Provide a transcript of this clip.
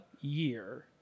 year